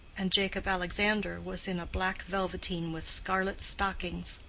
and jacob alexander was in black velveteen with scarlet stockings.